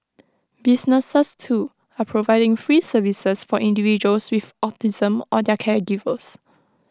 businesses too are providing free services for individuals with autism or their caregivers